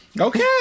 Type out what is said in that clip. Okay